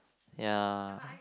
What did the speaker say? ya